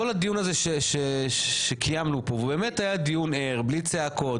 כל הדיון שקיימנו כאן והוא באמת היה דיון ער בלי צעקות,